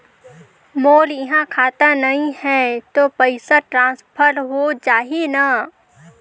मोर इहां खाता नहीं है तो पइसा ट्रांसफर हो जाही न?